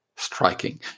Striking